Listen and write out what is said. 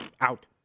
out